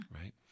Right